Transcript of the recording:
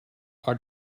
are